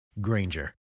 Granger